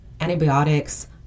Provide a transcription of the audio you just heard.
antibiotics